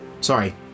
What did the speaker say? sorry